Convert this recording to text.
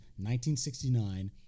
1969